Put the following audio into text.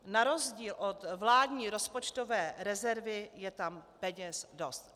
Na rozdíl od vládní rozpočtové rezervy je tam peněz dost.